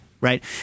right